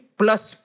plus